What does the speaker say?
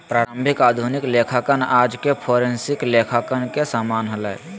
प्रारंभिक आधुनिक लेखांकन आज के फोरेंसिक लेखांकन के समान हलय